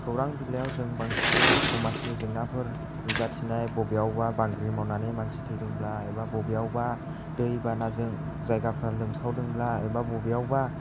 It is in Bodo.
खौरां बिलाइयाव जों बांसिनै समाजनि जेंनाफोर नुजाथिनाय बबेयावबा बांग्रिं मावनानै मानसि थैदोंब्ला एबा बबेयावबा दै बानाजों जायगाफोरा लोमसावदोंब्ला एबा बबेयावबा